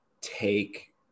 take